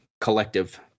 Collective